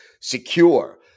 secure